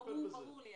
ברור לי.